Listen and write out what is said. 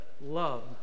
love